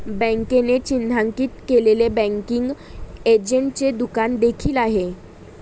बँकेने चिन्हांकित केलेले बँकिंग एजंटचे दुकान देखील आहे